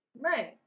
Right